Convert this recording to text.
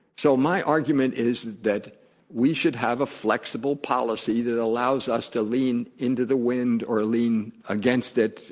so my argument is that we should have a flexible policy that allows us to lean into the wind, or lean, against it,